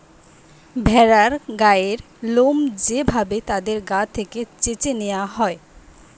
ভেড়ার গায়ের লোম যে ভাবে তাদের গা থেকে চেছে নেওয়া হয়